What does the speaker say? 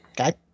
Okay